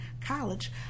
College